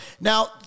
Now